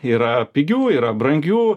yra pigių yra brangių